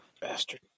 Bastard